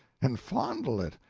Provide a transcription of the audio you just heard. and fondle it,